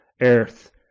earth